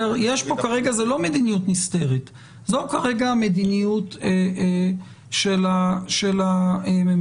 זה לא מדיניות נסתרת, זו כרגע המדיניות של הממשלה.